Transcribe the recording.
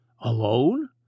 Alone